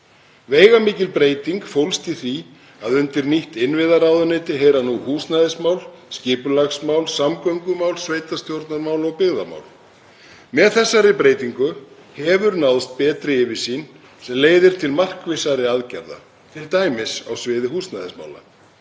Veigamikil breyting fólst í því að undir nýtt innviðaráðuneyti heyra nú húsnæðismál, skipulagsmál, samgöngumál, sveitarstjórnarmál og byggðamál. Með þessari breytingu hefur náðst betri yfirsýn sem leiðir til markvissari aðgerða, t.d. á sviði húsnæðismála.